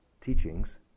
teachings